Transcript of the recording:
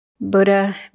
Buddha